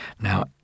Now